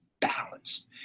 balanced